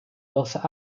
dos